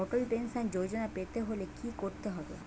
অটল Pension Yojana পেতে হলে কি করতে হবে?